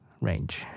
range